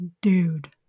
Dude